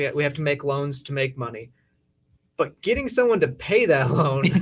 yeah we have to make loans to make money but getting someone to pay that loan